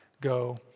go